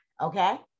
Okay